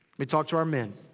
me talk to our men.